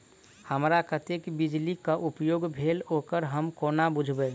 हमरा कत्तेक बिजली कऽ उपयोग भेल ओकर हम कोना बुझबै?